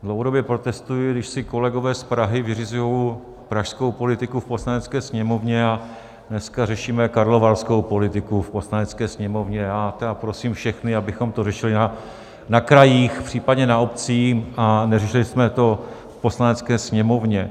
Dlouhodobě protestuji, když si kolegové z Prahy vyřizují pražskou politiku v Poslanecké sněmovně, a dneska řešíme karlovarskou politiku v Poslanecké sněmovně, a tedy prosím všechny, abychom to řešili na krajích, případně na obcích, a neřešili to v Poslanecké sněmovně.